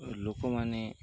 ଲୋକମାନେ